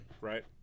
right